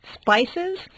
spices